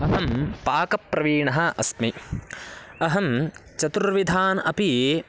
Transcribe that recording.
अहं पाकप्रविणः अस्मि अहं चतुर्विधान् अपि